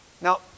Now